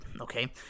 okay